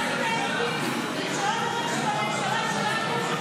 שלא נדבר שבממשלה שלנו,